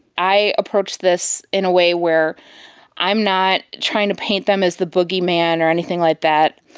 i approach this in a way where i'm not trying to paint them as the boogieman or anything like that.